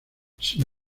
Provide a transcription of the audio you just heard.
sin